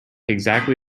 exactly